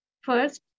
First